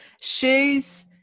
shoes